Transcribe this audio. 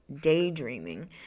daydreaming